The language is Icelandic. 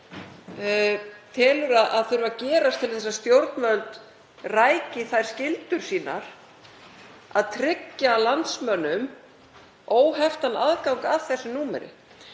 þingmaður að þurfi að gerast til að stjórnvöld ræki þær skyldur sínar að tryggja landsmönnum óheftan aðgang að þessu númeri?